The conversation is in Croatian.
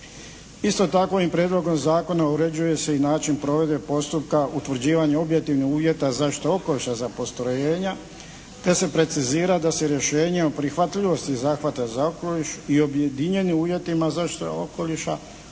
Isto tako ovim Prijedlogom zakona uređuje se i način provedbe postupka utvrđivanje objektivnih uvjeta zaštite okoliša za postrojenja te se precizira da se rješenje o prihvatljivosti zahvata za okoliš i objedinjenim uvjetima zaštite okoliša